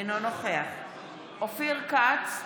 אינו נוכח אופיר כץ,